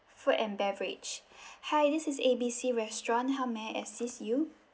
food and beverage hi this is A B C restaurant how may I assist you